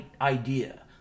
idea